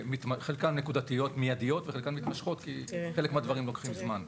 חלקן נקודתיות מיידיות וחלקן מתמשכות כי חלק מהדברים לוקחים זמן.